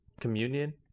communion